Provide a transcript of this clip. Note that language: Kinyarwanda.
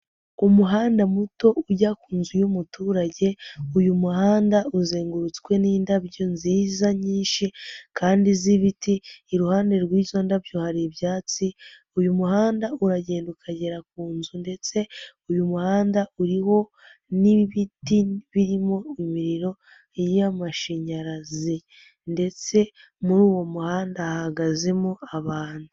Umuhanda muto ujya ku nzu y'umuturage, uyu muhanda uzengurutswe n'indabyo nziza nyinshi kandi z'ibiti, iruhande rw'izo ndabyo hari ibyatsi, uyu muhanda uragenda ukagera ku nzu ndetse uyu muhanda uriho n'ibiti birimo imiriro y'amashanyarazi ndetse muri uwo muhanda hahagazemo abantu.